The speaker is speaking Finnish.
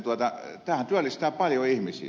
tämähän työllistää paljon ihmisiä